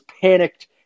panicked